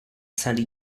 sandy